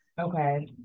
Okay